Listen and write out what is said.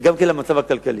וגם למצב הכלכלי,